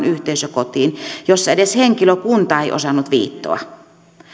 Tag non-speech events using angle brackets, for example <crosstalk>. <unintelligible> yhteisökotiin jossa edes henkilökunta ei osannut viittoa